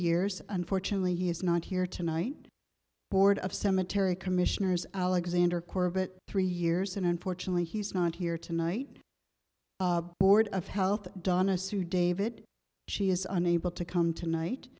years unfortunately he is not here tonight board of cemetery commissioners alexander corbett three years and unfortunately he's not here tonight board of health donna sue david she is unable to come tonight